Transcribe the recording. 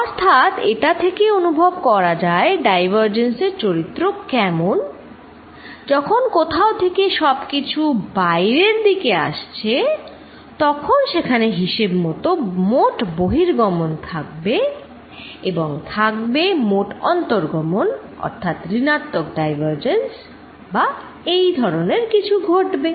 অর্থাৎ এটা থেকে অনুভব করা যায় ডাইভারজেন্স এর চরিত্র কেমন যখন কোথাও থেকে সব কিছু বাইরের দিকে আসছে তখন সেখানে হিসেব মতো মোট বহির্গমন থাকবে অথবা থাকবে মোট অভ্যন্তর্গমন অর্থাৎ ঋণাত্মক ডাইভারজেন্স বা এই ধরনের কিছু ঘটবে